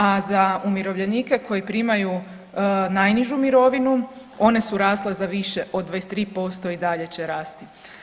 A za umirovljenike koji primaju najnižu mirovinu one su rasle za više od 23% i dalje će rasti.